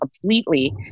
completely